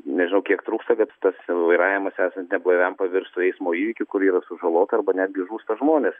nežinau kiek trūksta kad tas vairavimas esant neblaiviam pavirstų eismo įvykių kur yra sužalota arba netgi žūsta žmonės